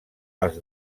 als